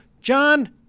John